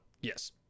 yes